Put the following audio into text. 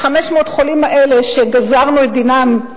500 החולים האלה שגזרנו את דינם,